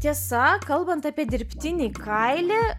tiesa kalbant apie dirbtinį kailį